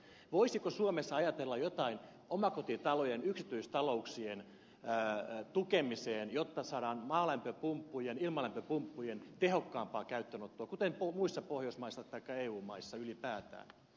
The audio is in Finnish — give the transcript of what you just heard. voisiko suomessa ajatella jotain omakotitalojen yksityistalouksien tukemiseen jotta saadaan maalämpöpumppujen ilmalämpöpumppujen tehokkaampaa käyttöönottoa kuten on muissa pohjoismaissa taikka eu maissa ylipäätään